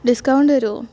discount തരുമോ